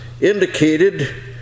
indicated